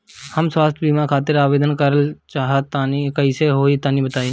हम स्वास्थ बीमा खातिर आवेदन करल चाह तानि कइसे होई तनि बताईं?